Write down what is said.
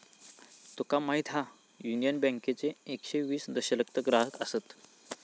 तुका माहीत हा, युनियन बँकेचे एकशे वीस दशलक्ष ग्राहक आसत